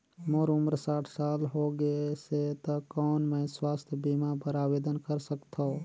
मोर उम्र साठ साल हो गे से त कौन मैं स्वास्थ बीमा बर आवेदन कर सकथव?